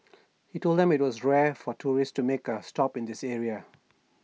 he told them that IT was rare for tourists to make A stop at this area